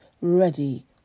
ready